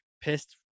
pissed